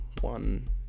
one